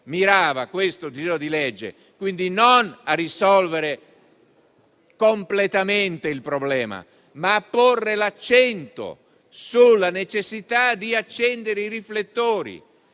mirava il disegno di legge e, quindi, non a risolvere completamente il problema, ma a porre l'accento sulla necessità di accendere i riflettori